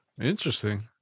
interesting